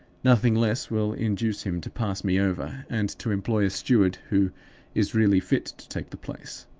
nothing less will induce him to pass me over, and to employ a steward who is really fit to take the place.